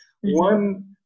One